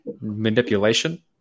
manipulation